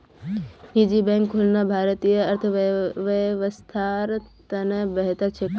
निजी बैंक खुलना भारतीय अर्थव्यवस्थार त न बेहतर छेक